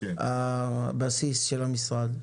הבסיס של המשרד.